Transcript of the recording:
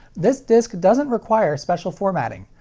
this disc doesn't require special formatting,